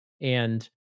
and-